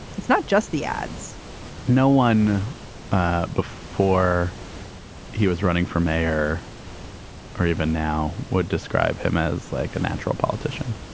it's not just the ads no one ah before he was running for mayor or even now would describe him as like a natural politician